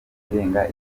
irenga